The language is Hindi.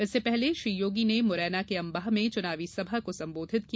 इससे पहले श्री योगी ने मुरैना के अंबाह में चुनावी सभा को संबोधित किया